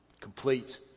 Complete